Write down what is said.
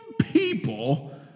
people